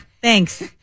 Thanks